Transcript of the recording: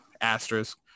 asterisk